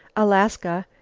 alaska,